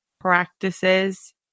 practices